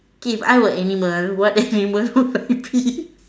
K if I were animal what animal would I be